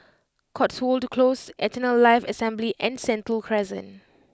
Cotswold Close Eternal Life Assembly and Sentul Crescent